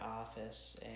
office